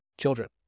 children